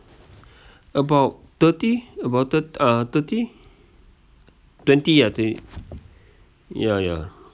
about thirty about thirt~ about uh thirty twenty ah twent~ ya ya